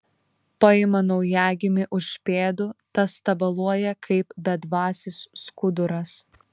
paima naujagimį už pėdų tas tabaluoja kaip bedvasis skuduras